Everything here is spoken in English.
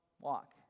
walk